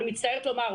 אני מצטערת לומר,